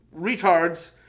retards